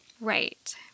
Right